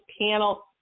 panel